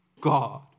God